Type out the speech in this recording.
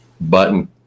button